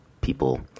people